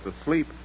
asleep